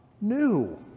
new